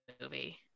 movie